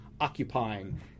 occupying